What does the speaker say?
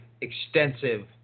extensive